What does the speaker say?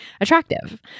attractive